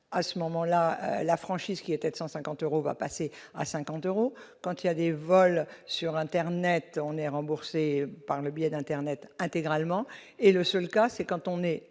à ce moment-là la franchise qui était de 150 euros va passer à 50 euros quand il y a des vols sur internet, on est remboursé par le biais d'Internet intégralement et le seul cas c'est quand on est